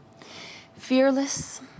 Fearless